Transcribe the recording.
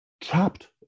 trapped